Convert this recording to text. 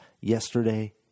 yesterday